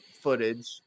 footage